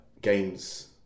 games